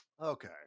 Okay